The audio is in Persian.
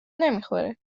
نمیخوره